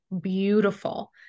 beautiful